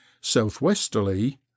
Southwesterly